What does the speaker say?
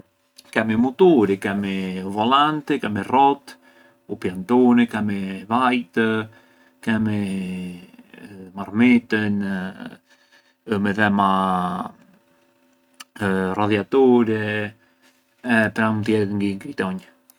Kemi u muturi, Kemi u volanti, Kemi rrotë, u piantuni, Kemi vajt, Kemi marmittën ë midhema radhiaturi e pranë tjerët ngë i kitonj.